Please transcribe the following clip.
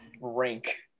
Rank